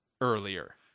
earlier